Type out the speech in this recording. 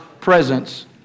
presence